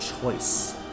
choice